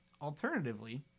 Alternatively